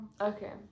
okay